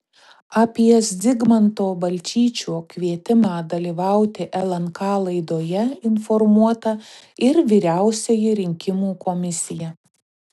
apie zigmanto balčyčio kvietimą dalyvauti lnk laidoje informuota ir vyriausioji rinkimų komisija